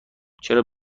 چرا